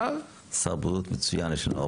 שר בריאות מצוין יש לנו.